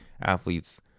athletes